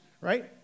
right